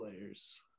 players